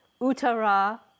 Uttara